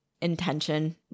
intention